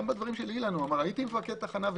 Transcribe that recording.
בדברי אילן הוא אמר שהייתי מפקד תחנה.